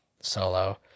Solo